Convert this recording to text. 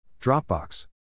Dropbox